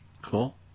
Cool